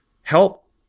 help